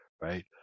right